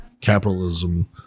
capitalism